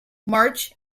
march